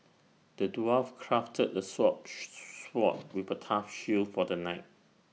the dwarf crafted A sword sword with A tough shield for the knight